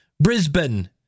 Brisbane